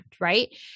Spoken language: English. right